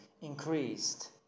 increased